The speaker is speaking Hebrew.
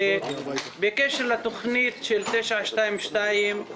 ובקשר לתוכנית 922 אנחנו